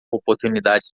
oportunidades